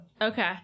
okay